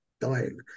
dying